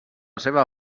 seva